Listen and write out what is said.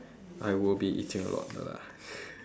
I will be eating a lot no lah